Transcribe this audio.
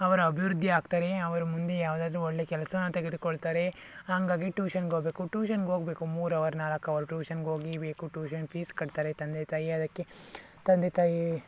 ಅವರ ಅಭಿವೃದ್ಧಿ ಆಗ್ತಾರೆ ಅವರು ಮುಂದೆ ಯಾವುದಾದ್ರೂ ಒಳ್ಳೆಯ ಕೆಲಸಾನ ತೆಗೆದುಕೊಳ್ತಾರೆ ಹಾಗಾಗಿ ಟ್ಯೂಷನ್ಗೋಗ್ಬೇಕು ಟ್ಯೂಷನ್ಗೋಗ್ಬೇಕು ಮೂರು ಅವರ್ ನಾಲ್ಕು ಅವರ್ ಟ್ಯೂಷನ್ಗೋಗಬೇಕು ಟ್ಯೂಷನ್ ಫೀಸ್ ಕಟ್ತಾರೆ ತಂದೆ ತಾಯಿ ಅದಕ್ಕೆ ತಂದೆ ತಾಯಿ